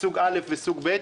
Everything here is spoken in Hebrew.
כאילו יש סוג א' וסוג ב'.